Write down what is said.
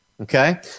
Okay